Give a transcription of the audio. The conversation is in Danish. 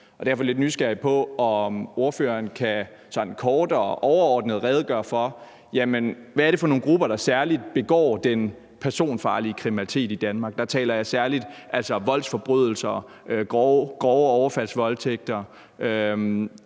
Derfor vil jeg gerne høre, om ordføreren sådan kort og overordnet kan redegøre for, hvad det er for nogle grupper, der særlig begår den personfarlige kriminalitet i Danmark, og der taler jeg altså særlig om voldsforbrydelser, grove overfaldsvoldtægter,